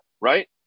right